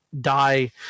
die